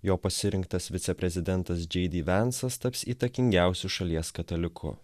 jo pasirinktas viceprezidentas jd vensas taps įtakingiausiu šalies kataliku